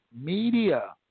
media